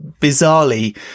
bizarrely